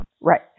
right